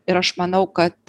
ir aš manau kad